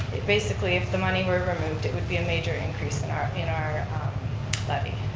basically, if the money were removed, it would be a major increase in our in our levy.